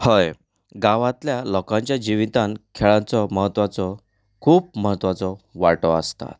हय गांवांतल्या लोकांच्या जिवितान खेळांचो महत्वाचो खूब महत्वाचो वांटो आसता